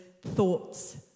thoughts